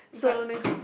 so next